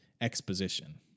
exposition